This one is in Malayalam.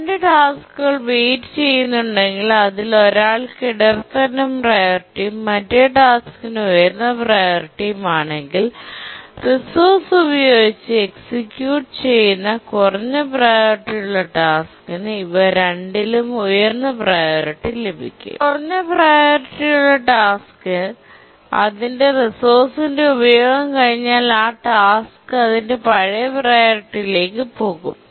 2 ടാസ്കുകൾ വെയിറ്റ് ചെയ്യുന്നുണ്ടെങ്കിൽ അതിൽ ഒരാൾക്കു ഇടത്തരം പ്രിയോറിറ്റിയും മറ്റേ ടാസ്കിനു ഉയർന്ന പ്രിയോറിറ്റിയും ആണെങ്കിൽ റിസോഴ്സ് ഉപയോഗിച്ചു എക്സിക്യൂട്ട് ചെയുന്ന കുറഞ്ഞ പ്രിയോറിറ്റി ഉള്ള ടാസ്കിനു ഇവർ രണ്ടിലും ഉയർന്ന പ്രിയോറിറ്റി ലഭിക്കും എന്നാൽ കുറഞ്ഞ പ്രിയോറിറ്റി ഉള്ള ടാസ്ക് അതിന്റെ റിസോഴ്സ്ന്റെ ഉപയോഗം കഴിഞ്ഞാൽ ആ ടാസ്ക് അതിന്റെ പഴയ പ്രിയോറിറ്റിലേക്ക് പോകും